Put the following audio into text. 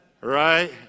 Right